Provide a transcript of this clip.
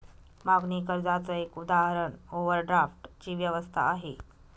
मागणी कर्जाच एक उदाहरण ओव्हरड्राफ्ट ची व्यवस्था आहे